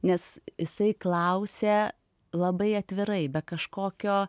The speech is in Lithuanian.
nes jisai klausė labai atvirai be kažkokio